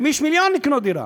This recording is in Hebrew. למי יש מיליון כדי לקנות דירה?